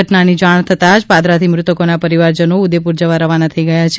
ઘટનાની જાણ થતાં જ પાદરાથી મૃતકોના પરિવારજનો ઉદેપુર જવા રવાના થઇ ગયા છે